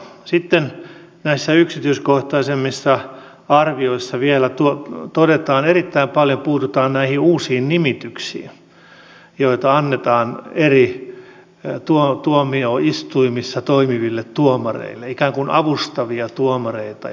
sitten näissä yksityiskohtaisemmissa arvioissa vielä erittäin paljon puututaan näihin uusiin nimityksiin joita annetaan eri tuomioistuimissa toimiville tuomareille ikään kuin avustavia tuomareita